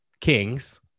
kings